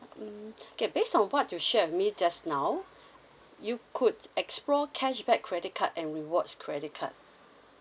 mm okay based on what you share with me just now you could explore cashback credit card and rewards credit card